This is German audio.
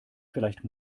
vielleicht